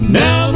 now